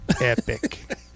epic